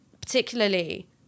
particularly